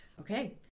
Okay